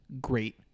great